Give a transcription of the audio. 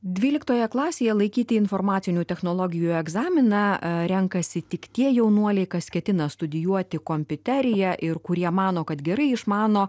dvyliktoje klasėje laikyti informacinių technologijų egzaminą a renkasi tik tie jaunuoliai kas ketina studijuoti kompiuteriją ir kurie mano kad gerai išmano